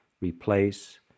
replace